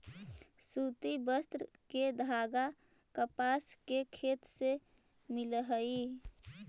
सूति वस्त्र के धागा कपास के खेत से मिलऽ हई